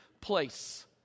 place